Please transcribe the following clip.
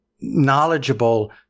knowledgeable